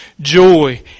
joy